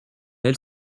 elle